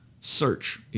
search